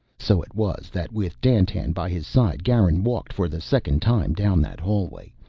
so it was that, with dandtan by his side, garin walked for the second time down that hallway,